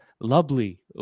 lovely